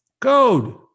Code